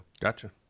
Gotcha